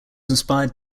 inspired